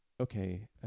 Okay